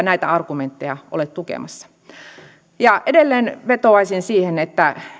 näitä argumentteja ole tukemassa edelleen vetoaisin siihen että